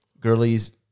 Gurley's